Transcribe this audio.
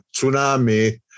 tsunami